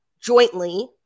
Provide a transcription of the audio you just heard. jointly